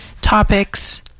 topics